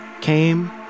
came